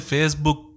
Facebook